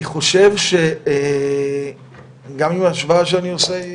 אני חושב שגם אם ההשוואה שאני עושה היא,